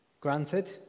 Granted